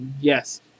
yes